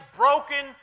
broken